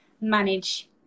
manage